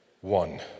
one